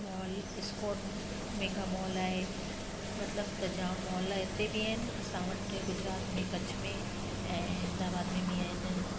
mall Iscon mega mall आहे मतिलब त जाम मॉल हिते बि आहिनि असां वटि गुजरात में कच्छ में ऐं अहमदाबाद में बि आहिनि